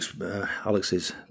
Alex's